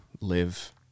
live